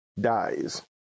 dies